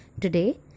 Today